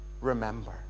remember